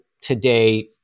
today